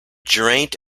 geraint